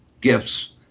gifts